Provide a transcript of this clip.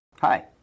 Hi